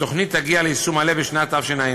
התוכנית תגיע ליישום מלא בשנת תשע"ט.